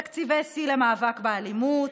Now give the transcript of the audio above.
תקציבי שיא למאבק באלימות,